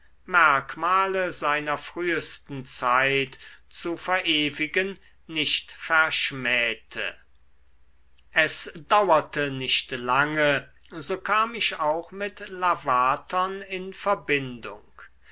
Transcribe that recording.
merkmale seiner frühesten zeit zu verewigen nicht verschmähte es dauerte nicht lange so kam ich auch mit lavatern in verbindung